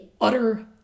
utter